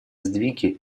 сдвиги